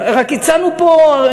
רק הצענו פה,